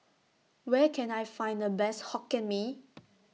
Where Can I Find The Best Hokkien Mee